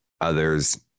others